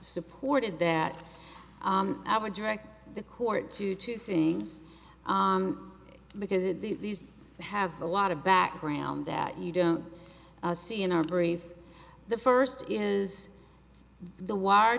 supported that our direct the court to two things because it these have a lot of background that you don't see in our brief the first is the wire